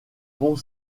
pond